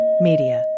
Media